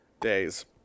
days